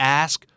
ask